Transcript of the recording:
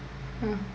ah